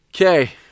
okay